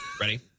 Ready